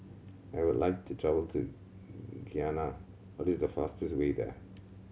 I would like to travel to Guyana what is the fastest way there